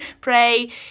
pray